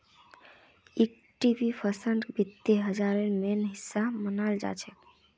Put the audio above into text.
equity फंडक वित्त बाजारेर मेन हिस्सा मनाल जाछेक